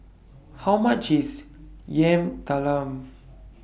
How much IS Yam Talam